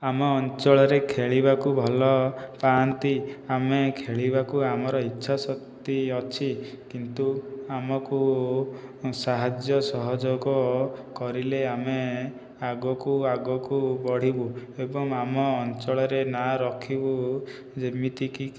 ଆମ ଅଞ୍ଚଳରେ ଖେଳିବାକୁ ଭଲ ପାଆନ୍ତି ଆମେ ଖେଳିବାକୁ ଆମର ଇଛାଶକ୍ତି ଅଛି କିନ୍ତୁ ଆମକୁ ସାହାଯ୍ୟ ସହଯୋଗ କରିଲେ ଆମେ ଆଗକୁ ଆଗକୁ ବଢ଼ିବୁ ଏବଂ ଆମ ଅଞ୍ଚଳରେ ନାଁ ରଖିବୁ ଯେମିତିକି